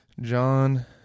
John